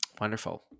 Wonderful